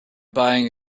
buying